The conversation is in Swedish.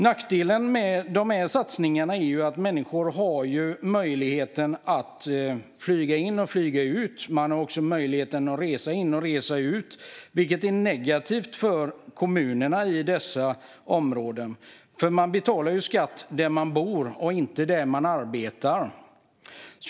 Nackdelen med dessa satsningar är att de ger människor möjlighet att resa in och ut, vilket är negativt för kommunerna i dessa områden eftersom man betalar skatt där man bor, inte där man arbetar.